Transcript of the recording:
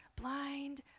blind